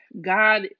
God